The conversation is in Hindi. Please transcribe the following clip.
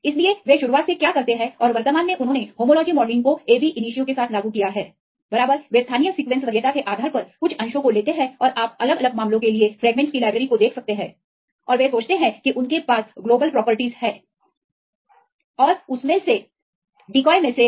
इसलिए वे शुरुआत से क्या करते हैं और वर्तमान में उन्होंने होमोलॉजी मॉडलिंग को ab initio के साथ लागू किया है बराबर वे स्थानीय सीक्वेंस वरीयता के आधार पर कुछ अंशों को लेते हैं और आप अलग अलग मामलों के लिए फ्रेगमेंट्स की लाइब्रेरी को देख सकते हैंऔर वे सोचते हैं कि उनके पास गोलाकार गुण जैसे मूल हैं तो वे आबादी से इन सभी चीजों को एक साथ जोड़ते हैं